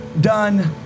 done